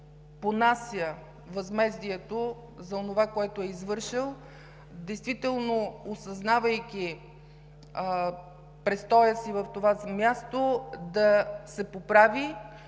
понася възмездието за онова, което е извършил, действително, осъзнавайки престоя си в това място, да се поправи